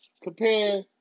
compare